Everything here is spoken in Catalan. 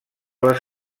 les